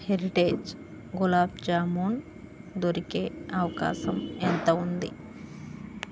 heritage gulab jamun దొరికే అవకాశం ఎంత ఉంది